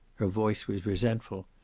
her voice was resentful.